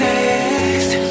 Next